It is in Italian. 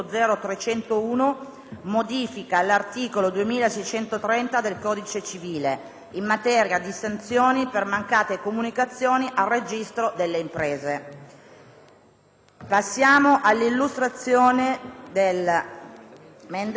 (modifica all'articolo 2630 del codice civile, in materia di sanzioni per mancate comunicazioni al registro delle imprese). Passiamo all'esame degli